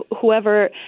whoever